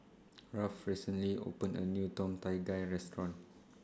Ralph recently opened A New Tom Kha Gai Restaurant